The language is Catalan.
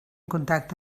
contacte